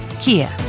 Kia